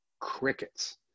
crickets